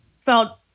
felt